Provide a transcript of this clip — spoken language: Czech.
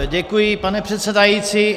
Děkuji, pane předsedající.